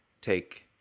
take